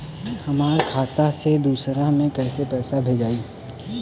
हमरा खाता से दूसरा में कैसे पैसा भेजाई?